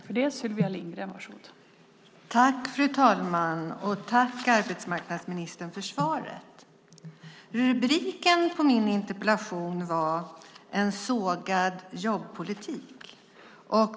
Fru talman! Tack för svaret, arbetsmarknadsministern! Rubriken på min interpellation var "En sågad jobbpolitik".